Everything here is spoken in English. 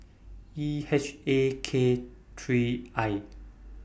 E H A K three I